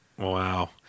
wow